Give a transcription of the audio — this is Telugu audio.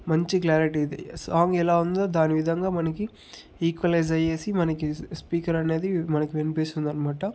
మంచి క్లారిటీ ఇది సాంగ్ ఎలా ఉందొ దానివిధంగా మనకి ఈక్వలైజ్ అయ్యేసి మనకి స్పీకర్ అనేది మనకి వినిపిస్తుందనమాట